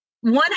One